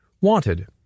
Wanted